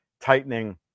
tightening